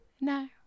No